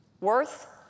Worth